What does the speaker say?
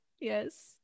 Yes